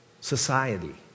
Society